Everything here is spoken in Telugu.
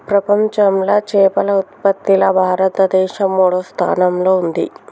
ప్రపంచంలా చేపల ఉత్పత్తిలా భారతదేశం మూడో స్థానంలా ఉంది